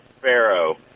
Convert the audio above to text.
Pharaoh